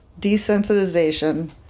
desensitization